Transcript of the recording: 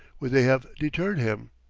would they have deterred him.